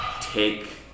take